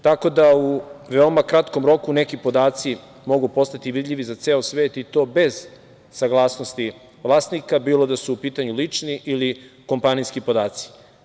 Tako da u veoma kratkom roku neki podaci mogu postati vidljivi za ceo svet i to bez saglasnosti vlasnika, bilo da su u pitanju lični ili kompanijski podaci.